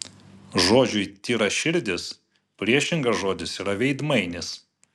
žodžiui tyraširdis priešingas žodis yra veidmainis